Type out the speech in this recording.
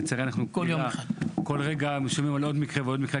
לצערי אנחנו כל יום וכל רגע שומעים על עוד מקרה ועוד אחד.